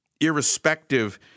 irrespective